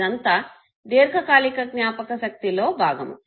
ఇదంతా దీర్ఘకాలిక జ్ఞాపకష్తక్తిలో భాగము